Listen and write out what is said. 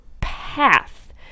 path